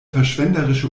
verschwenderische